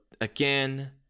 again